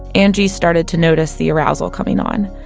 angie started to notice the arousal coming on.